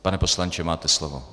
Pane poslanče, máte slovo.